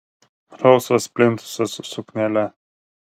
rausvas plintusas su suknele